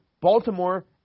Baltimore